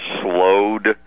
slowed